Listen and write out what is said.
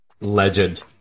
Legend